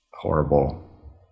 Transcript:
horrible